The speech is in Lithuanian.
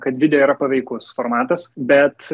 kad video yra paveikus formatas bet